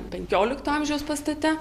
penkiolikto amžiaus pastate